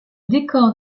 décor